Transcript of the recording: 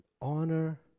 Honor